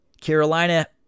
Carolina